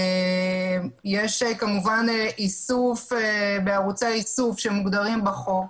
יש כמובן איסוף בערוצי האיסוף שמוגדרים בחוק.